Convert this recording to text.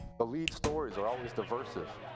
the lead stories are always divisive.